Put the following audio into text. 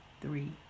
three